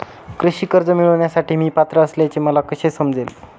कृषी कर्ज मिळविण्यासाठी मी पात्र असल्याचे मला कसे समजेल?